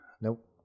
Nope